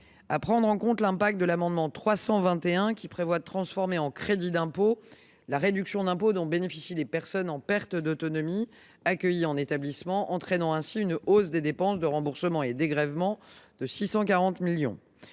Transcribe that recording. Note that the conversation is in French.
de prendre en compte l’impact de l’amendement n° I 321 rectifié, qui prévoit de transformer en crédit d’impôt la réduction d’impôt dont bénéficient les personnes en perte d’autonomie accueillies en établissement, ce qui entraîne une hausse des dépenses de remboursements et dégrèvements de 640 millions